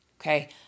okay